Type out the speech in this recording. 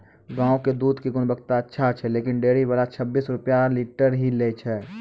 गांव के दूध के गुणवत्ता अच्छा छै लेकिन डेयरी वाला छब्बीस रुपिया लीटर ही लेय छै?